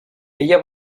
ella